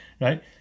right